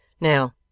Now